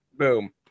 boom